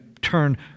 turn